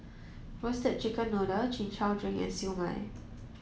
roasted chicken noodle chin chow drink and Siew Mai